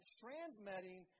transmitting